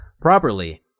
properly